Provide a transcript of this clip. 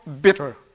bitter